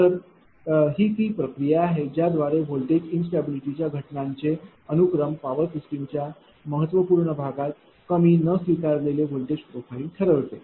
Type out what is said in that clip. तर ही ती प्रक्रिया आहे ज्याद्वारे व्होल्टेज इनस्टॅबिलिटीच्या घटनांचे अनुक्रम पॉवर सिस्टमच्या महत्त्वपूर्ण भागात कमी न स्वीकारलेले व्होल्टेज प्रोफाइल ठरवते